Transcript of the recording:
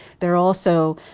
they're also